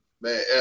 man